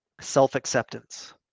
self-acceptance